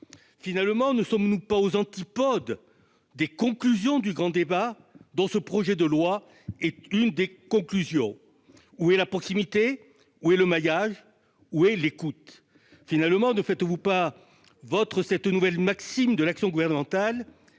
de loi ? Ne sommes-nous pas aux antipodes des conclusions du grand débat, dont ce projet de loi est l'une des conclusions ? Où est la proximité ? Où est le maillage ? Où est l'écoute ? Finalement, ne faites-vous pas vôtre cette nouvelle maxime de l'action gouvernementale